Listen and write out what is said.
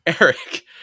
Eric